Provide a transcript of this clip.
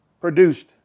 produced